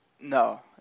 No